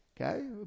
Okay